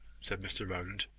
said mr rowland,